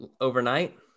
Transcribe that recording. overnight